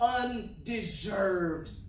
undeserved